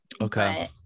Okay